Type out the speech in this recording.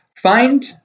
Find